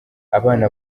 abana